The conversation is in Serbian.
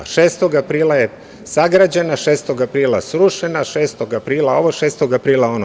Dana 6. aprila je sagrađena, 6. aprila srušena, 6. aprila ovo, 6. aprila ono.